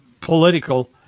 political